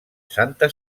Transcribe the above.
santa